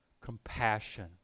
Compassion